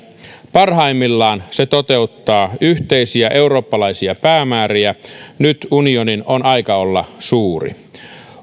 parhaimmillaan se toteuttaa yhteisiä eurooppalaisia päämääriä nyt unionin on aika olla suuri